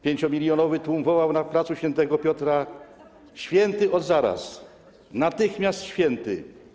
Pięciomilionowy tłum wołał na placu św. Piotra: święty od zaraz, natychmiast święty!